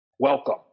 Welcome